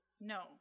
no